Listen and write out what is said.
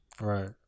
Right